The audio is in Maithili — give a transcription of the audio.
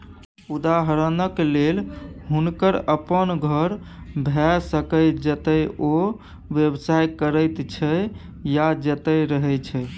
उदहारणक लेल हुनकर अपन घर भए सकैए जतय ओ व्यवसाय करैत छै या जतय रहय छै